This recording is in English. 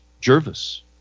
Jervis